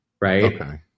right